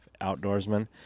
outdoorsman